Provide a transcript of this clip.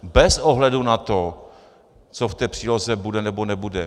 Bez ohledu na to, co v té příloze bude nebo nebude.